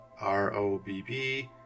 R-O-B-B